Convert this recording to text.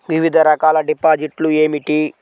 వివిధ రకాల డిపాజిట్లు ఏమిటీ?